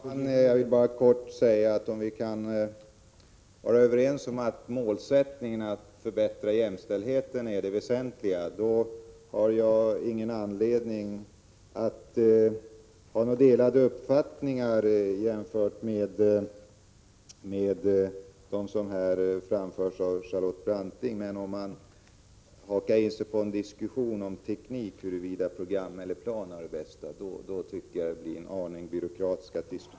Herr talman! Jag vill helt kort framhålla, att kan vi vara överens om att målet att förbättra jämställdheten är det väsentliga, har jag ingen anledning att inta en annan ståndpunkt än den som Charlotte Branting redovisade. Ger man sig däremot in på en diskussion om teknik — huruvida program eller plan är det bästa — tycker jag att det blir en aning byråkratiskt.